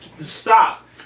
stop